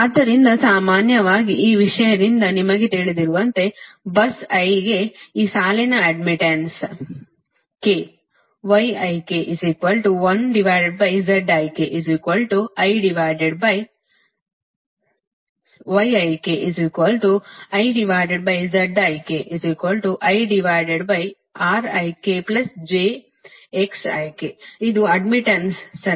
ಆದ್ದರಿಂದ ಸಾಮಾನ್ಯವಾಗಿ ಈ ವಿಷಯದಿಂದ ನಿಮಗೆ ತಿಳಿದಿರುವಂತೆ bus i ಗೆ ಆ ಸಾಲಿನ ಅಡ್ಡ್ಮಿಟ್ಟನ್ಸ್ k ಇದು ಅಡ್ಡ್ಮಿಟ್ಟನ್ಸ್ ಸರಿನಾ